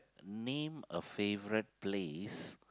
name a favourite place